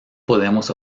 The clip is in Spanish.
podemos